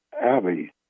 Abby